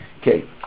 Okay